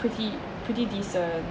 pretty decent